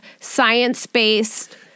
science-based